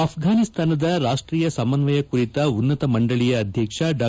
ಅಪ್ಟಾನಿಸ್ತಾನದ ರಾಷ್ತೀಯ ಸಮನ್ವಯ ಕುರಿತ ಉನ್ನತ ಮಂಡಳಿಯ ಅಧ್ಯಕ್ಷ ಡಾ